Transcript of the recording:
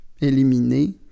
éliminer